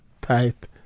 tight